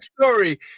story